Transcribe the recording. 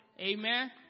Amen